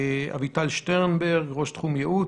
אביטל שטרנברג ראש תחום ייעוץ,